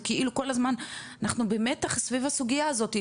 זה כאילו כל הזמן אנחנו במתח סביב הסוגייה הזאתי,